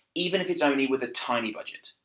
even if it's only with a tiny budget.